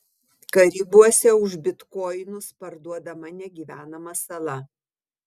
karibuose už bitkoinus parduodama negyvenama sala